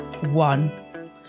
One